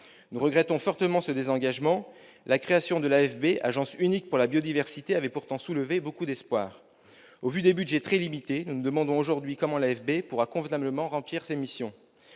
Nous regrettons fortement ce désengagement. La création de l'AFB, agence unique pour la biodiversité, avait pourtant soulevé beaucoup d'espoirs. Au vu des budgets très limités, nous nous demandons aujourd'hui comment l'AFB pourra convenablement remplir ses missions.